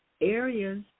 areas